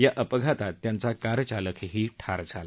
या अपघातात त्यांचा कारचालकही ठार झाला